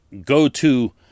go-to